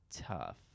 tough